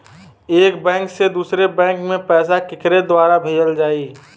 एक बैंक से दूसरे बैंक मे पैसा केकरे द्वारा भेजल जाई?